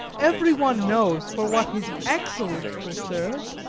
every one knows for what his excel lence will serve,